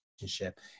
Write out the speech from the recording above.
relationship